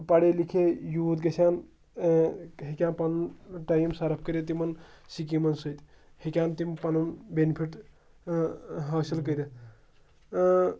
پَڑے لِکھے یوٗتھ گژھِ ہن ہیٚکان پَنُن ٹایِم صرف کٔرِتھ تِمن سِکیٖمَن سۭتۍ ہیٚکہَن تِم پَنُن بیٚنِفِٹ حٲصِل کٔرِتھ